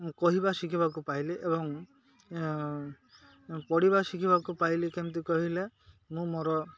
ମୁଁ କହିବା ଶିଖିବାକୁ ପାଇଲି ଏବଂ ପଢ଼ିବା ଶିଖିବାକୁ ପାଇଲି କେମିତି କହିଲେ ମୁଁ ମୋର